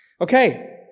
Okay